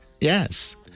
Yes